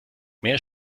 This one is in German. mehr